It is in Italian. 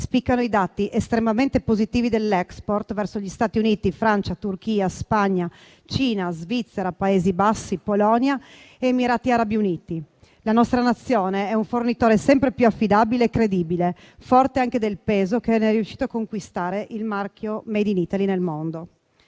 Spiccano i dati estremamente positivi dell'*export* verso gli Stati Uniti, Francia, Turchia, Spagna, Cina, Svizzera, Paesi Bassi, Polonia, Emirati Arabi Uniti. La nostra Nazione è un fornitore sempre più affidabile e credibile, forte anche del peso che è riuscito a conquistare il marchio *made in Italy* nel mondo.